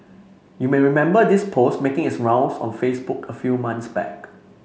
you may remember this post making its rounds on Facebook a few months back